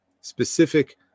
specific